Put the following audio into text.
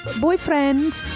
boyfriend